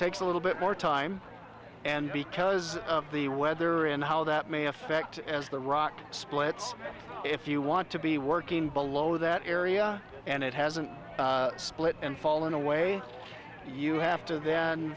takes a little bit more time and because of the weather and how that may affect as the rock splits if you want to be working below that area and it hasn't split and fallen away you have to then